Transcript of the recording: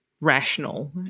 rational